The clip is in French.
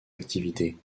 activités